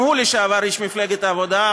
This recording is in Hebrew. גם הוא לשעבר איש מפלגת העבודה,